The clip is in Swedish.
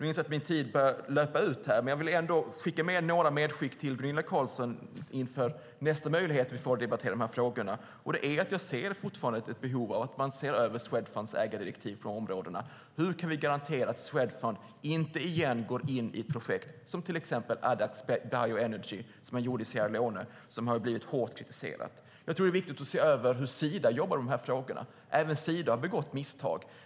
Jag inser att min talartid börjar löpa ut, men jag vill ändå göra några medskick till Gunilla Carlsson inför nästa möjlighet att debattera de här frågorna som vi får. Jag ser fortfarande ett behov av att se över Swedfunds ägardirektiv på de här områdena. Hur kan vi garantera att Swedfund inte igen går in i ett projekt som Addax Bioenergy, som man gjorde i Sierra Leone? Det är ett projekt som har blivit hårt kritiserat. Jag tror att det är viktigt att se över hur Sida jobbar med de här frågorna. Även Sida har begått misstag.